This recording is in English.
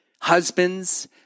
husbands